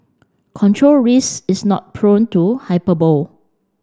control risks is not prone to hyperbole